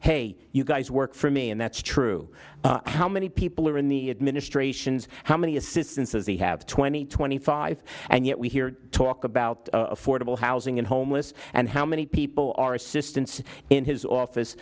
hey you guys work for me and that's true how many people are in the administrations how many assistances they have twenty twenty five and yet we hear talk about affordable housing and homeless and how many people assistants in his office